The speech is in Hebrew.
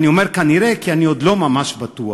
אני אומר כנראה כי אני עוד לא ממש בטוח.